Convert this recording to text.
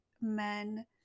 men